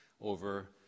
over